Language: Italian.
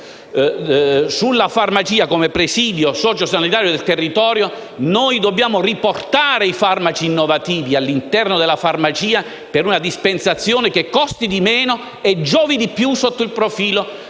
sulle farmacie come presidio sociosanitario del territorio, dobbiamo riportare i farmaci innovativi all'interno della farmacia per una dispensazione che costi di meno e giovi di più sotto il profilo